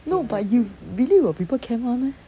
no but you really got people camp [one] meh